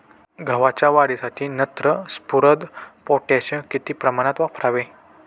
गव्हाच्या वाढीसाठी नत्र, स्फुरद, पोटॅश किती प्रमाणात वापरावे?